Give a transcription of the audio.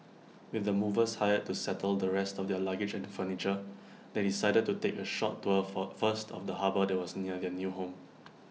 with the movers hired to settle the rest of their luggage and furniture they decided to take A short tour for first of the harbour that was near their new home